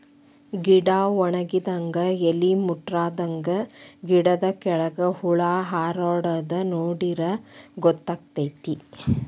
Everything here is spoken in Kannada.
ಗಿಡಾ ವನಗಿದಂಗ ಎಲಿ ಮುಟ್ರಾದಂಗ ಗಿಡದ ಕೆಳ್ಗ ಹುಳಾ ಹಾರಾಡುದ ನೋಡಿರ ಗೊತ್ತಕೈತಿ